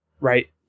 Right